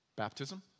Baptism